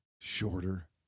shorter